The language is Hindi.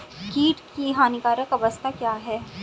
कीट की हानिकारक अवस्था क्या है?